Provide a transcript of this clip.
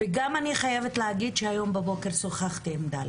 וגם אני חייבת להגיד שהיום בבוקר שוחחתי עם ד',